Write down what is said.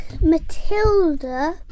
Matilda